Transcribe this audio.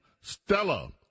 Stella